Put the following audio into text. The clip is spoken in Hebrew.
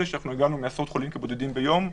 שאלות, בבקשה.